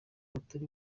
utari